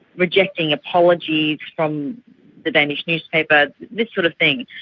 rejecting apologies from the danish newspaper this sort of thing.